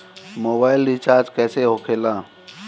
Mobile recharge कैसे होखे ला?